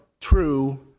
true